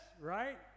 right